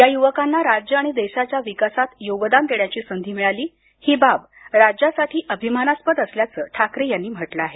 या युवकांना राज्य आणि देशाच्या विकासात योगदान देण्याची संधी मिळाली ही बाब राज्यासाठी अभिमानास्पद असल्याचं ठाकरे यांनी म्हटलं आहे